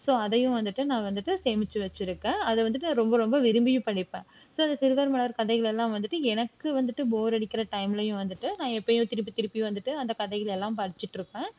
so அதையும் வந்துட்டு நான் வந்துட்டு சேமித்து வைச்சிருக்கேன் அதை வந்துட்டு நான் ரொம்ப ரொம்ப விரும்பியும் படிப்பேன் ஸோ அந்த சிறுவர் மலர் கதைகள் எல்லாம் வந்துட்டு எனக்கு வந்துட்டு போர் அடிக்கிற டைம்லையும் வந்துட்டு நான் எப்போயும் திருப்பி திருப்பி வந்துட்டு அந்த கதைகள் எல்லாம் படித்திட்டிருப்பேன்